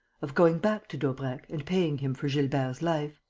of going back to daubrecq and paying him for gilbert's life?